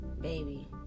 baby